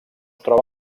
troba